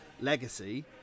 Legacy